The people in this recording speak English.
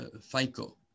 FICO